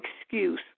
excuse